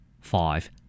five